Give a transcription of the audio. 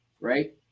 Right